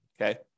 okay